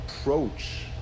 approach